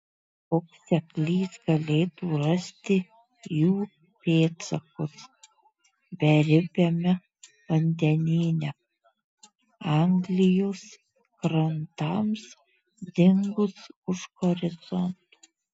koks seklys galėtų rasti jų pėdsakus beribiame vandenyne anglijos krantams dingus už horizonto